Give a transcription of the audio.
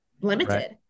limited